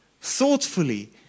Thoughtfully